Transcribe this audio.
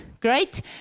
great